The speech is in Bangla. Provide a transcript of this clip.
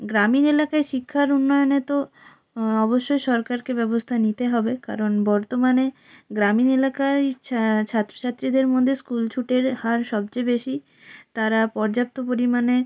গ্রামীণ এলাকায় শিক্ষার উন্নয়নে তো অবশ্যই সরকারকে ব্যবস্থা নিতে হবে কারণ বর্তমানে গ্রামীণ এলাকায় ছাত্র ছাত্রীদের মধ্যে স্কুলছুটের হার সবচেয়ে বেশি তারা পর্যাপ্ত পরিমাণে